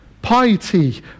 Piety